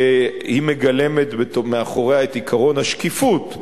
שהיא מגלמת, את עקרון השקיפות?